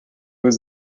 was